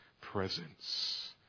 presence